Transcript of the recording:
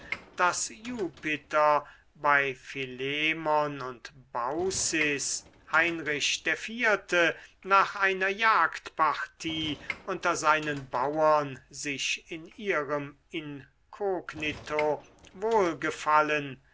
daß jupiter bei philemon und baucis heinrich der vierte nach einer jagdpartie unter seinen bauern sich in ihrem inkognito wohlgefallen